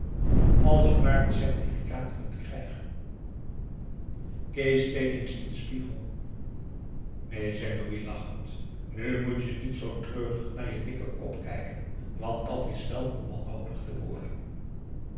als je maar n certificaat kunt krijgen kees keek eens in den spiegel neen zei louis lachend nu moet je niet zoo treurig naar je dikken kop kijken want dat is wel om wanhopig te worden